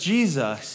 Jesus